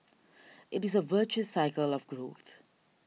it is a virtuous cycle of growth